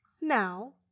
Now